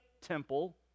temple